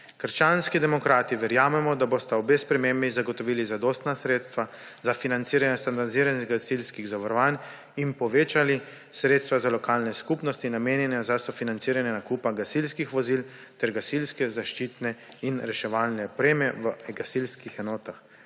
Krščanski demokrati verjamemo, da bosta obe spremembi zagotovili zadostna sredstva za financiranje standardiziranih gasilskih zavarovanj in povečali sredstva za lokalne skupnosti, namenjena za sofinanciranje nakupa gasilskih vozil ter gasilske zaščitne in reševalne opreme v gasilskih enotah.